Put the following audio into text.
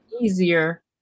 easier